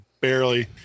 barely